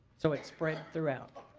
so it's spread throughout.